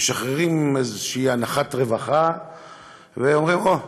משחררים איזושהי אנחת רווחה ואומרים: או,